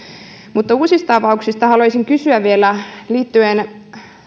uusista avauksista haluaisin kysyä vielä liittyen